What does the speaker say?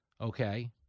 okay